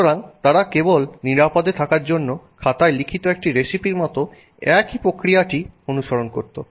সুতরাং তারা কেবল নিরাপদে থাকার জন্য খাতায় লিখিত একটি রেসিপিটির মতো একই প্রক্রিয়াটি অনুসরণ করতো